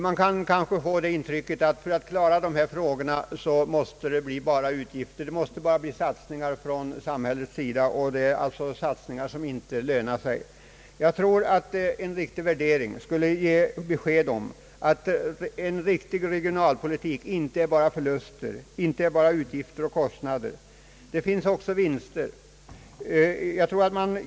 Man kan kanske få intrycket att för att klara dessa saker måste det bli bara utgifter, satsningar från samhällets sida som inte lönar sig. Jag tror att en riktig värdering skulle ge besked om att en på rätt sätt genomförd regionalpolitik inte bara innebär utgifter och kostnader. Det finns också vinster att hämta.